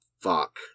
fuck